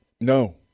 No